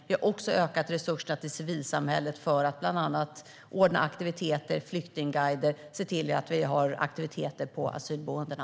Vi har också ökat resurserna till civilsamhället för att bland annat ordna aktiviteter och flyktingguider och se till att vi har aktiviteter på asylboendena.